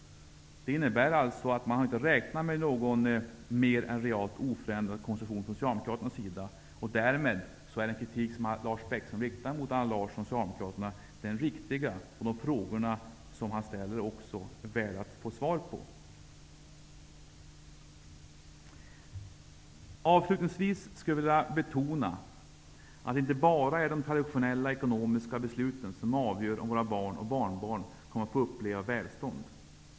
Det innebär alltså att man inte har räknat med någon mer än realt oförändrad konsumtion. Därmed är den kritik som Lars Bäckström riktar mot Allan Larsson och socialdemokraterna riktig, och de frågor som han ställer är värda att få svar på. Avslutningsvis skulle jag vilja betona att det inte bara är de traditionella ekonomiska besluten som avgör om våra barn och barnbarn kommer att få uppleva välstånd.